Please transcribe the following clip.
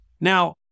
Now